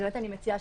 אני מציעה